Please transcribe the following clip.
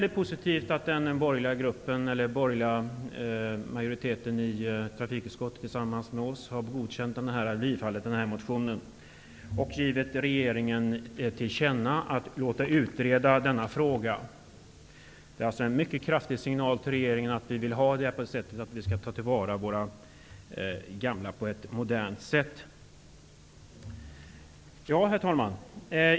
Det är positivt att den borgerliga majoriteten i trafikutskottet tillsammans med oss har tillstyrkt denna motion och att riksdagen skall ge regeringen till känna att den skall låta utreda denna fråga. Det är alltså en mycket kraftig signal till regeringen att de gamla skall tas om hand på ett modernt sätt. Herr talman!